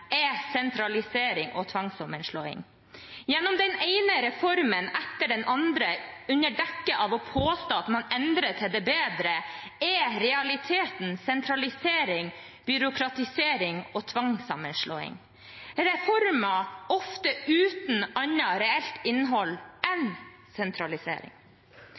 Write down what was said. er sentralisering og tvangssammenslåing. Gjennom den ene reformen etter den andre, under dekke av å påstå at man endrer til det bedre, er realiteten sentralisering, byråkratisering og tvangssammenslåing – reformer ofte uten annet reelt innhold enn sentralisering.